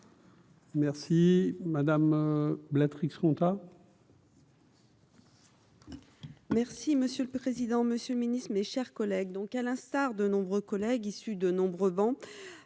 Merci madame la trique, contrat. Merci monsieur le président, Monsieur le Ministre, mes chers collègues, donc, à l'instar de nombreux collègues issus de nombreux bancs,